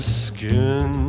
skin